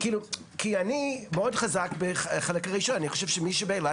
כי אני מאוד חזק בחלק הראשון אני חושב שמי שבאילת,